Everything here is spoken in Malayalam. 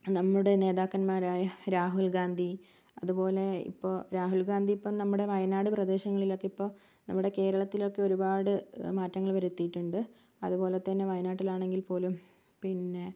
നമ്മുടെ നേതാക്കന്മാരായ രാഹുൽഗാന്ധി അതുപോലെ ഇപ്പോൾ രാഹുൽഗാന്ധി ഇപ്പോൾ നമ്മുടെ വയനാട് പ്രദേശങ്ങളിലൊക്കെ ഇപ്പോൾ നമ്മുടെ കേരളത്തിലൊക്കെ ഒരുപാട് മാറ്റങ്ങൾ വരുത്തിയിട്ടുണ്ട് അതുപോലെ ത്തന്നെ വയനാട്ടിലാണെങ്കിൽ പോലും പിന്നെ